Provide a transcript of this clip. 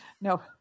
No